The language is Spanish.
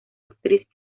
actriz